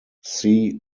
see